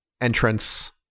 entrance